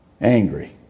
angry